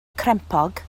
crempog